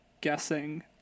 guessing